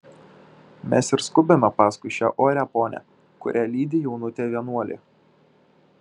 mes ir skubame paskui šią orią ponią kurią lydi jaunutė vienuolė